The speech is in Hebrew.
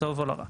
לטוב או לרע.